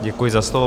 Děkuji za slovo.